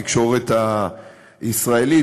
בתקשורת הישראלית,